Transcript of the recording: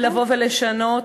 ולבוא ולשנות,